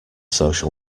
social